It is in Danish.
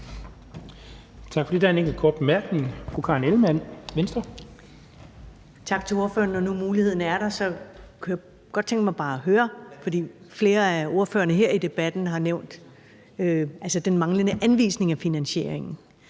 Tak for det. Der er en enkelt kort bemærkning. Fru Karen Ellemann, Venstre. Kl. 18:16 Karen Ellemann (V): Tak til ordføreren. Når nu muligheden er der, kunne jeg godt tænke mig bare at høre – for flere af ordførerne her i debatten har nævnt den manglende anvisning af finansiering